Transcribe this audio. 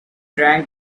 trying